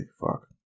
fuck